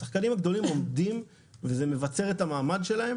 השחקנים הגדולים עובדים וזה מבצר את המעמד שלהם